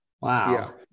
Wow